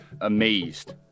amazed